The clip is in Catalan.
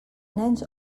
nens